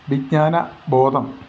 വിജ്ഞാന ബോധം